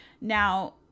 now